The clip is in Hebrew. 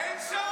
מה השעה, אמסלם?